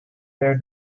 their